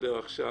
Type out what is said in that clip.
לדבר עכשיו